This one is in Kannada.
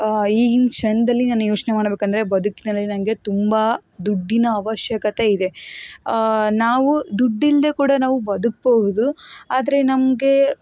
ಈಗಿನ ಕ್ಷಣದಲ್ಲಿ ನಾನು ಯೋಚನೆ ಮಾಡಬೇಕಂದ್ರೆ ಬದುಕಿನಲ್ಲಿ ನನಗೆ ತುಂಬ ದುಡ್ಡಿನ ಅವಶ್ಯಕತೆ ಇದೆ ನಾವು ದುಡ್ಡಿಲ್ಲದೆ ಕೂಡ ನಾವು ಬದುಕಬಹುದು ಆದರೆ ನಮಗೆ